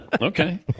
Okay